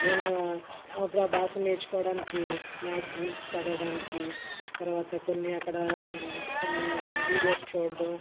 నేను అప్పుడు ఆ భాషను నేర్చుకోవడానికి మ్యాగ్జిన్స్ చదవడానికి తర్వాత కొన్ని అక్కడ కొన్ని వీడియోస్ చూడటం